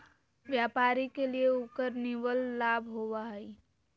व्यापारी के लिए उकर निवल लाभ होबा हइ